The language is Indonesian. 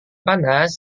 panas